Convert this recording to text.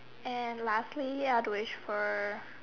and lastly I wish for